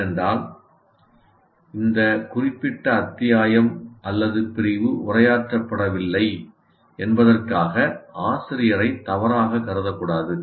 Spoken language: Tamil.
ஏனென்றால் இந்த குறிப்பிட்ட அத்தியாயம் அல்லது பிரிவு உரையாற்றப்படவில்லை என்பதற்காக ஆசிரியரை தவறாகக் கருதக்கூடாது